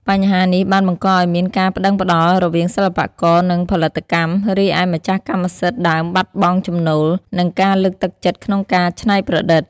បញ្ហានេះបានបង្កឱ្យមានការប្ដឹងផ្ដល់រវាងសិល្បករ និងផលិតកម្ម រីឯម្ចាស់កម្មសិទ្ធិដើមបាត់បង់ចំណូល និងការលើកទឹកចិត្តក្នុងការច្នៃប្រឌិត។